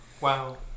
Wow